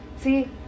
See